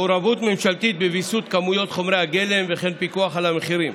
מעורבות ממשלתית בוויסות כמויות חומרי הגלם ופיקוח על מחירים.